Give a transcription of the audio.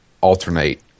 alternate